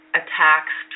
attacks